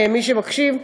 למי שמקשיב,